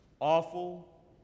Awful